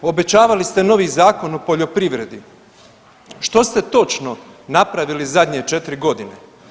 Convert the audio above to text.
Obećavali ste novi Zakon o poljoprivredi, što ste točno napravili zadnje 4.g.